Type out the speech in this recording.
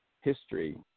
history